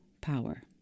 power